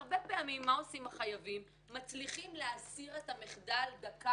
והרבה פעמים החייבים מצליחים להסיר את המחדל דקה